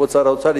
כבוד שר האוצר,